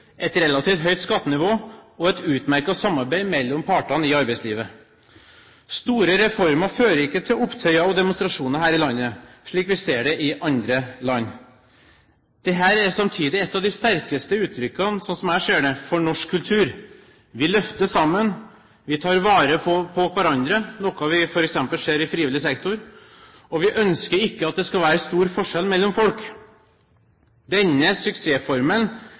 et relativt høyt skattenivå og et utmerket samarbeid mellom partene i arbeidslivet. Store reformer fører ikke til opptøyer og demonstrasjoner her i landet, slik vi ser det i andre land. Dette er samtidig et av de sterkeste uttrykkene, slik jeg ser det, for norsk kultur: Vi løfter sammen, vi tar vare på hverandre – noe vi f.eks. ser i frivillig sektor – og vi ønsker ikke at det skal være stor forskjell mellom folk. Denne suksessformelen